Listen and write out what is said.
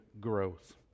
growth